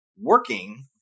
working